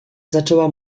zaczęła